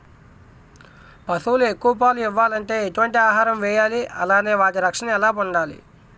పశువులు ఎక్కువ పాలు ఇవ్వాలంటే ఎటు వంటి ఆహారం వేయాలి అలానే వాటి రక్షణ ఎలా వుండాలి?